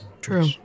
true